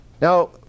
Now